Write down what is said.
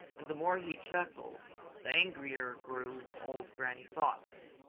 and the more he chuckled the angrier grew old granny fox.